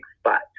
spot